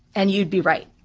and you'd be right,